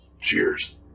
Cheers